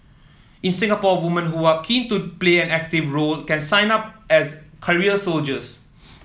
in Singapore women who are keen to play an active role can sign up as career soldiers